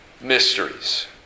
mysteries